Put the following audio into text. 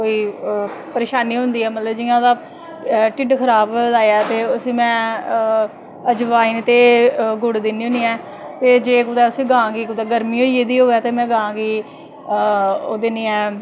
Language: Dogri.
कोई परेशानी होंदी ऐ जियां मतलव ओह्दा ढिड खराब होए दा हा ते में उसी अजवाईन ते गुड़ दिन्नी होनीं ऐं ते जे उसी गां गी कुदै गर्मी होई दी होऐ ते में उसी गां गी ओह् दिन्नीं ऐं